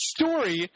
story